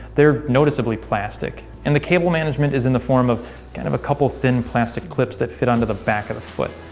they're noticeably plastic. and the cable management is in the form of kind of a couple thin plastic clips that fit onto the back of the foot.